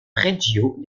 reggio